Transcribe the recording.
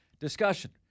discussion